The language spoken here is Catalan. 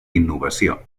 innovació